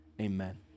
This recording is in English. Amen